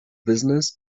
business